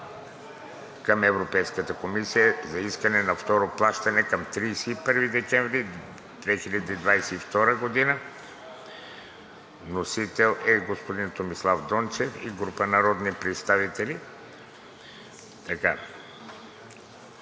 към Европейската комисия на искане за второ плащане към 31 декември 2022 г. Вносители: Томислав Дончев и група народни представители